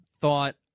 thought